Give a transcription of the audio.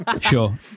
Sure